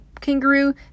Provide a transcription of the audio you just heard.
kangaroo